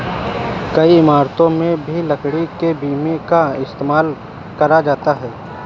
कई इमारतों में भी लकड़ी के बीम का इस्तेमाल करा जाता है